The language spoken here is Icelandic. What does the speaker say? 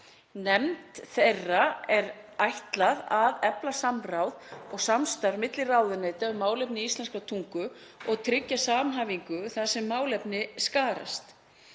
Nefnd þeirri er ætlað að efla samráð og samstarf milli ráðuneyta um málefni íslenskrar tungu og tryggja samhæfingu þar sem málefni skarast.